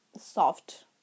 soft